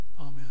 Amen